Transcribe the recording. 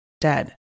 dead